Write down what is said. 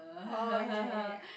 oh ya ya